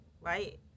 right